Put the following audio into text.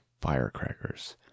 firecrackers